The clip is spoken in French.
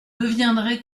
deviendrez